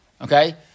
Okay